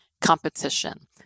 competition